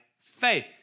faith